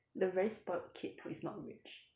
the very spoilt kid who is not rich